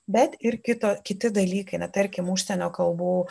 bet ir kito kiti dalykai na tarkim užsienio kalbų